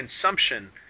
consumption